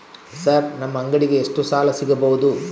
Sir ನಮ್ಮ ಅಂಗಡಿಗೆ ಎಷ್ಟು ಸಾಲ ಸಿಗಬಹುದು?